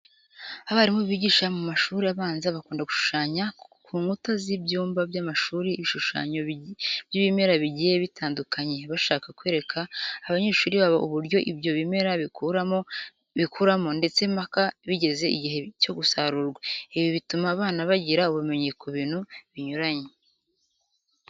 Abarimu bigisha mu mashuri abanza bakunda gushushanya ku nkuta z'ibyumba by'amashuri ibishushanyo by'ibimera bigiye bitandukanye, bashaka kwereka abanyeshuri babo uburyo ibyo bimera bikuramo ndetse mpaka bigeze igihe cyo gusarurwa. Ibi bituma abana bagira ubumenyi ku bintu binyuranye.